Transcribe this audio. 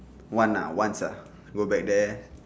one lah once ah go back there